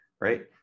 right